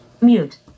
Mute